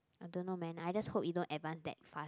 I don't know man I just hope it don't advance that fast